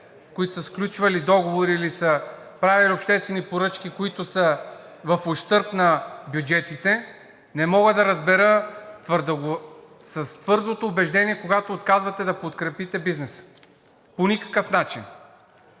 които са сключвали договори или са правили обществени поръчки, които са в ущърб на бюджетите, и не мога да разбера с твърдото убеждение, когато отказвате да подкрепите бизнеса по никакъв начин.